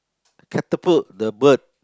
catapult the bird